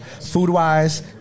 food-wise